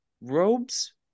robes